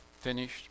finished